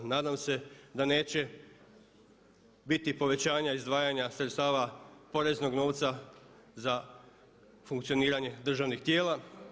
Nadam se da neće biti povećanja izdvajanja sredstava poreznog novca za funkcioniranje državnih tijela.